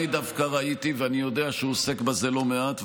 אני דווקא ראיתי, ואני יודע שהוא עוסק בזה לא מעט.